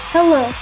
Hello